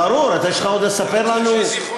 ברור, אתה יש לך עוד לספר לנו, יש לי זיכרונות.